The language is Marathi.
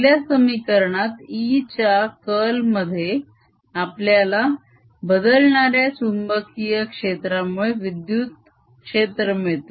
पहिल्या समीकरणात E च्या कर्ल मध्ये आपल्याला बदलणाऱ्या चुंबकीय क्षेत्रामुळे विद्युत क्षेत्र मिळते